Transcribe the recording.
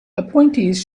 appointees